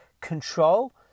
control